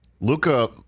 Luca